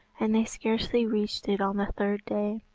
and they scarcely reached it on the third day.